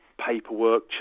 paperwork